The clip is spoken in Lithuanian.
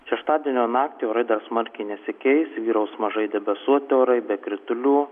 šeštadienio naktį orai dar smarkiai nesikeis vyraus mažai debesuoti orai be kritulių